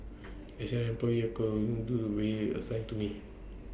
as an employee I could only do we assigned to me